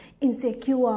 insecure